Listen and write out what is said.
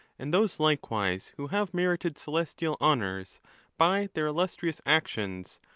and those likewise who have merited celestial honours by their illustrious actions,